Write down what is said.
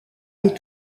est